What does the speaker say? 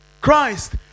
Christ